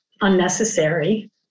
unnecessary